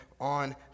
on